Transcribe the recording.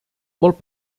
molt